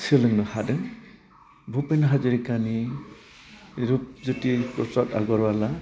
सोलोंनो हादों भुपेन हाज'रिखानि रुप जय्ति उसर आगरवाला